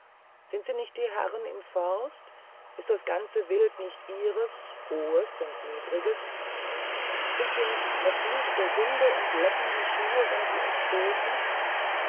sind sie nicht die herrn im forst ist das wild nicht ihres hohes und niederes sind wir nicht verfluchte hunde und lecken die schuh wenn sie uns stoßen